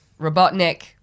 Robotnik